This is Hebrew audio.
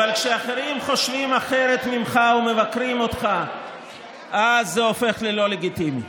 אבל כשאחרים חושבים אחרת ממך ומבקרים אותך אז זה הופך ללא לגיטימי.